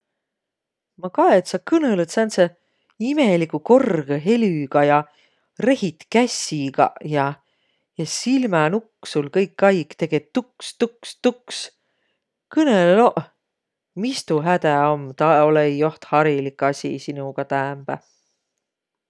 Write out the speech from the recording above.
Ma kae, et sa kõnõlõt sääntse imeligu korgõ helüga ja rehit kässigaq ja, ja silmänukk sul kõik aig tege tuks-tuks-tuks. Kõnõlõq noq, mis tuu hädä om? Taa olõ-õi joht harilik asi sinoga täämbä.